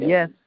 Yes